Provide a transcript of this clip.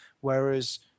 Whereas